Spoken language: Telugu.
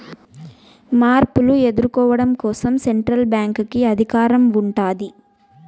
మార్పులు ఎదుర్కోవడం కోసం సెంట్రల్ బ్యాంక్ కి అధికారం ఉంటాది